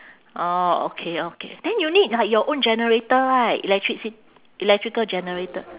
orh okay okay then you need like your own generator right electrici~ electrical generator